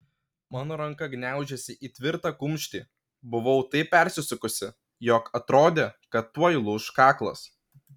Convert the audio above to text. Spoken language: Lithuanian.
mano ranka gniaužėsi į tvirtą kumštį buvau taip persisukusi jog atrodė kad tuoj lūš kaklas